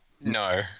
No